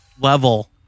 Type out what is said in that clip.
level